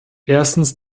erstens